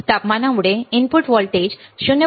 तपमानामुळे input voltage 0